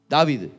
David